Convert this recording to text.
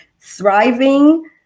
thriving